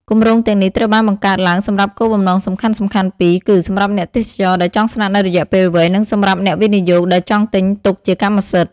គម្រោងទាំងនេះត្រូវបានបង្កើតឡើងសម្រាប់គោលបំណងសំខាន់ៗពីរ គឺ សម្រាប់អ្នកទេសចរដែលចង់ស្នាក់នៅរយៈពេលវែង និងសម្រាប់អ្នកវិនិយោគដែលចង់ទិញទុកជាកម្មសិទ្ធិ។